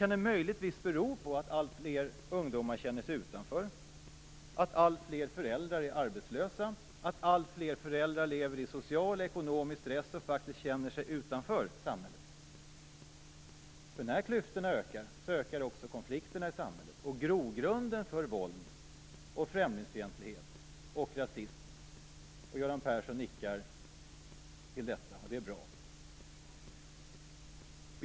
Kan det möjligtvis bero på att alltfler ungdomar känner sig utanför, att alltfler föräldrar är arbetslösa och att alltfler föräldrar lever under social och ekonomisk stress och känner sig utanför samhället? När klyftorna ökar, ökar också konflikterna i samhället. Det är grogrunden för våld, främlingsfientlighet och rasism. Jag ser att Göran Persson nickar till detta, och det är bra.